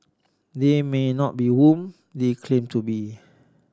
they may not be whom they claim to be